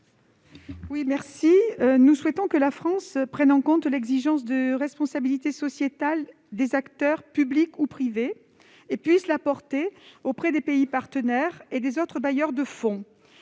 Carlotti. Nous souhaitons que la France prenne en compte l'exigence de responsabilité sociétale des acteurs, publics ou privés, et qu'elle la promeuve auprès des pays partenaires et des autres bailleurs de fonds.